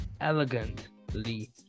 elegantly